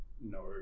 no